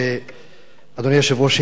אדוני היושב-ראש,